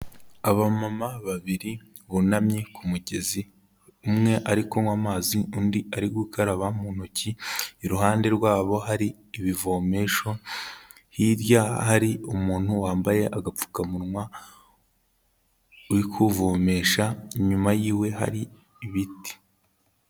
Abamama babiri bunamye ku mugezi, umwe ari kunywa amazi undi ari gukaraba mu ntoki, iruhande rwabo hari ibivomesho, hirya hari umuntu wambaye agapfukamunwa, uri kuvomesha, inyuma yiwe hari ibiti.